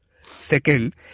Second